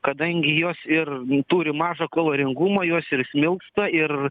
kadangi jos ir turi mažą kaloringumą jos ir smilksta ir